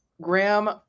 graham